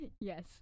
Yes